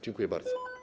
Dziękuję bardzo.